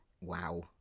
Wow